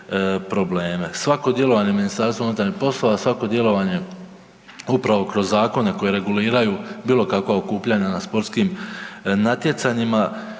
Svako djelovanje MUP-a, svako djelovanje upravo kroz zakone koji reguliraju bilokakva okupljanja na sportskim natjecanjima,